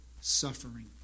suffering